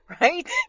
right